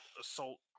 assault